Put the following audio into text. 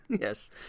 yes